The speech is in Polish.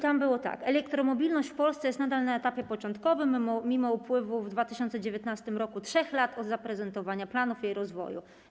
Tam było tak: Elektromobilność w Polsce jest nadal na etapie początkowym, mimo upływu w 2019 r. 3 lat od zaprezentowania planów jej rozwoju.